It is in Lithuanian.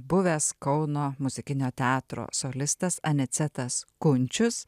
buvęs kauno muzikinio teatro solistas anicetas kunčius